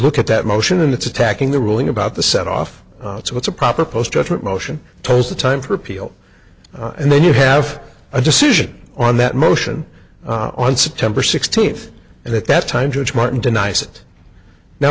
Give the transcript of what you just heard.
look at that motion and it's attacking the ruling about the set off so it's a proper post judgment motion tows the time for appeal and then you have a decision on that motion on september sixteenth and at that time judge martin denies it now